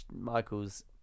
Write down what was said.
Michael's